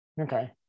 Okay